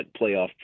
playoff